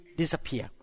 disappear